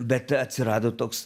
bet atsirado toks